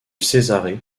césarée